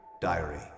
Diary